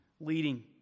leading